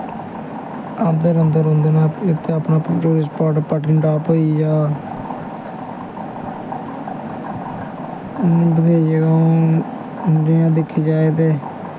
औंदे रौंह्दे न इत्थै अपने टूरिस्ट स्पॉट पत्नीटॉप होई गेआ बत्हेरी जगहं न जि'यां दिक्खेआ जाए ते